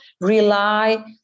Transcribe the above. rely